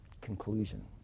conclusion